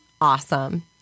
awesome